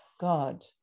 God